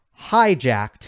hijacked